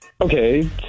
okay